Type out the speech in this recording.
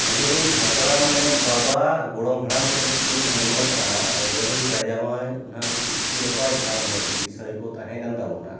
ᱟᱹᱞᱤᱧ ᱨᱮᱱ ᱦᱟᱯᱲᱟᱢ ᱢᱟᱱᱮ ᱵᱟᱵᱟ ᱟᱨ ᱜᱚᱲᱚᱢ ᱦᱟᱲᱟᱢ ᱴᱷᱮᱱ ᱠᱷᱚᱱ ᱫᱚᱞᱤᱧ ᱟᱸᱡᱚᱢ ᱟᱠᱟᱜᱼᱟ ᱟᱵᱚᱨᱮᱱ ᱨᱟᱡᱟᱢᱟ ᱱᱟᱦᱟᱜ ᱠᱤᱥᱠᱩ ᱨᱟᱯᱟᱡᱽ ᱟᱨ ᱢᱟᱨᱰᱤ ᱠᱤᱥᱟᱹᱲ ᱠᱚ ᱛᱟᱦᱮᱸᱠᱟᱱ ᱛᱟᱵᱚᱱᱟ